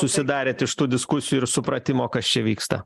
susidarėt iš tų diskusijų ir supratimo kas čia vyksta